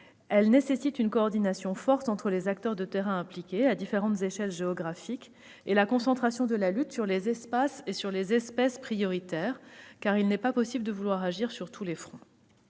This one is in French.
Cela nécessite une coordination forte entre les acteurs de terrain impliqués à différentes échelles géographiques et la concentration de la lutte sur les espaces et sur les espèces prioritaires, car il n'est pas possible de vouloir agir sur tous les fronts.